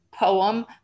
Poem